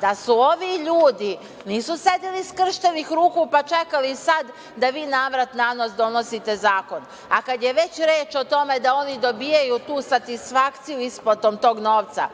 da su ovi ljudi, nisu sedeli skrštenih ruku, pa čekali sad da vi navrat-nanos donosite zakon. Kad je već reč o tome da oni dobijaju tu satisfakciju isplatom tog novca,